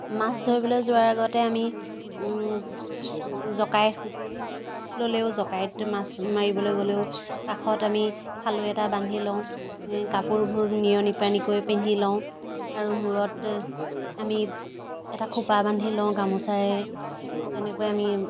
মাছ ধৰিবলৈ যোৱাৰ আগতে আমি জকাই ল'লেও জকাইত মাছ মাৰিবলৈ গ'লেও কাষত আমি খালৈ এটা বান্ধি লওঁ কাপোৰবোৰ নিয়নি পানী কৰি পিন্ধি লওঁ আৰু মূৰত আমি এটা খোপা বান্ধি লওঁ গামোচাৰে তেনেকৈ আমি